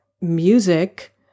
music